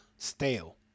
stale